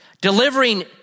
delivering